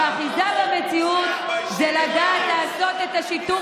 ואחיזה במציאות זה לדעת לעשות את שיתוף